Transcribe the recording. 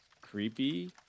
creepy